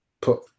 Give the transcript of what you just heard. put